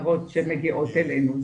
מסודרות שמגיעות אלינו.